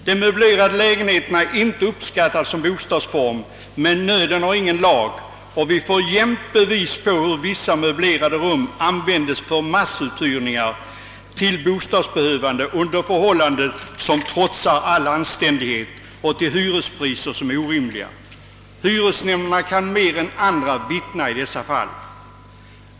De möblerade lägenheterna är inte uppskattade som bostadsform, men nöden har ingen lag, och vi får ständigt bevis på hur möblerade rum används för massuthyrningar till bostadsbehövande under förhållanden som trotsar all anständighet och till hyrespriser som är orimliga. Hyresnämnderna kan mer än andra vittna om detta.